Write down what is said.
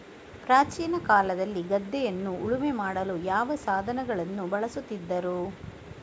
ಪ್ರಾಚೀನ ಕಾಲದಲ್ಲಿ ಗದ್ದೆಯನ್ನು ಉಳುಮೆ ಮಾಡಲು ಯಾವ ಸಾಧನಗಳನ್ನು ಬಳಸುತ್ತಿದ್ದರು?